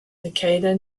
takeda